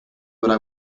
would